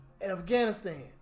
Afghanistan